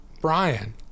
Brian